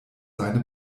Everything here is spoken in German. seine